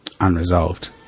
unresolved